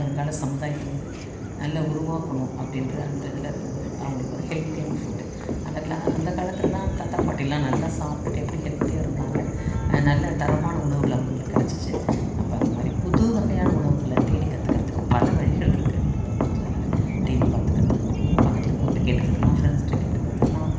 வருங்கால சமுதாயத்தை வந்து நல்லா உருவாக்கணும் அப்படின்ற அந்த இதில் இருக்கும்போது அவங்களுக்கு ஒரு ஹெல்தியான ஃபுட் அந்தக்லா அந்தக் காலத்திலல்லாம் தாத்தா பாட்டிலாம் நல்லா சாப்பிட்டுட்டு எப்படி ஹெல்தியாக இருந்தாங்க நல்ல தரமான உணவுகளை அவங்களுக்கு கிடைச்சிச்சு அப்போ அந்தமாதிரி புதுவகையான உணவுகளை தேடிக் கற்றுக்கிறதுக்கு பலவழிகள் இருக்குது இந்த உலகத்தில் அதனால் டிவி பார்த்து கற்றுக்குவோம் பக்கத்துல இருக்கவங்கள்ட கேட்டு கற்றுக்கலாம் ஃப்ரெண்ஸ்ட கேட்டு கற்றுக்கலாம்